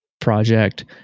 project